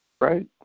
Right